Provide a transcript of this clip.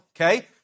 okay